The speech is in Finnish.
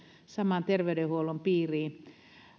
saman terveydenhuollon piiriin